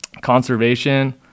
conservation